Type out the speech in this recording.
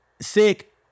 sick